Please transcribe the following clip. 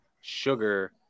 sugar